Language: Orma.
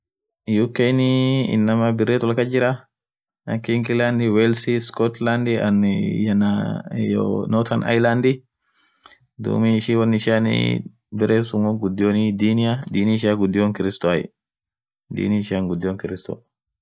Rudhian sagale ishian biria amo ta lila gudio ta national kabisa beeken pelminy yeden.pelminy won foni wolkas jijirtu amine ak pasta fa wolkas dadareni sunini akas yeden pelminy yeden tokinen sulianka yeden ischea ocroshcar stagion Russian boost yeden cloduals yeden tokinen blenny yeden blenny